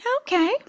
Okay